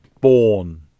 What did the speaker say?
born